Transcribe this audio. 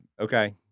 Okay